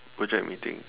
project meeting